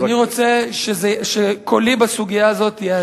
אני רוצה שקולי בסוגיה הזאת יהדהד,